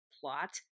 plot